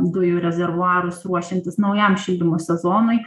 dujų rezervuarus ruošiantis naujam šildymo sezonui